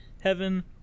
heaven